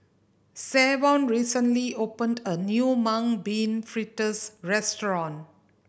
Savon recently opened a new Mung Bean Fritters restaurant